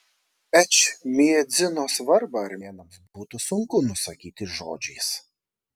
ečmiadzino svarbą armėnams būtų sunku nusakyti žodžiais